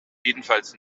jedenfalls